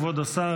כבוד השר,